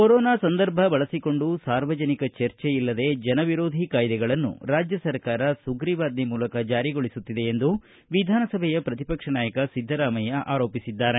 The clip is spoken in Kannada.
ಕೊರೊನಾ ಸಂದರ್ಭ ಬಳಸಿಕೊಂಡು ಸಾರ್ವಜನಿಕ ಚರ್ಚೆ ಇಲ್ಲದೇ ಜನವಿರೋಧಿ ಕಾಯ್ದೆಗಳನ್ನು ರಾಜ್ವ ಸರ್ಕಾರ ಸುಗ್ರೀವಾಜ್ವೆ ಮೂಲಕ ಜಾರಿಗೊಳಿಸುತ್ತಿದೆ ಎಂದು ವಿಧಾನಸಭೆ ಪ್ರತಿಪಕ್ಷ ನಾಯಕ ಸಿದ್ದರಾಮಯ್ಯ ಆರೋಪಿಸಿದ್ದಾರೆ